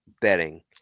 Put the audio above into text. betting